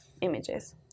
images